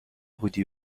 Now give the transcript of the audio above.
بودی